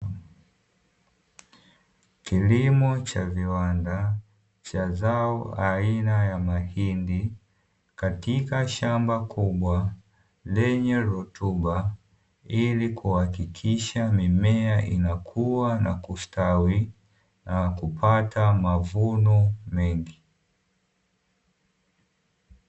Kilimo cha viwanda cha zao la mahindi katika shamba kubwa lenye rutuba, ili kuhakikisha mimea inakua na kustawi na kupata mavuno mengi.